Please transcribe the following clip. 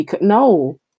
No